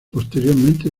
posteriormente